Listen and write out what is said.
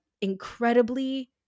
incredibly